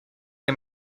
que